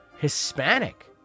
Hispanic